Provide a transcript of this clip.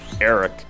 Eric